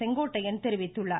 செங்கோட்டையன் தெரிவித்துள்ளார்